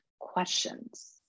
questions